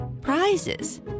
Prizes